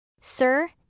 Sir